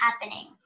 happening